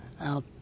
out